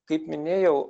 kaip minėjau